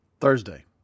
thursday